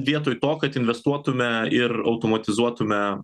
vietoj to kad investuotume ir automatizuotume